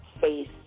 face